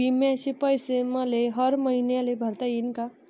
बिम्याचे पैसे मले हर मईन्याले भरता येईन का?